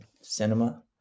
cinema